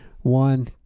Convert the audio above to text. One